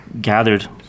gathered